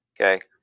okay